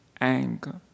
anger